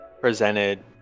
presented